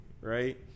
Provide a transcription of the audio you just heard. right